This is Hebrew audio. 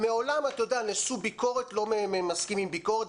מעולם, אתה יודע, נשוא ביקורת לא מסכים עם ביקורת.